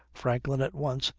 franklin, at once,